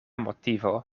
motivo